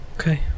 Okay